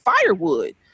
firewood